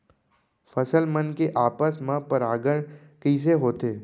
फसल मन के आपस मा परागण कइसे होथे?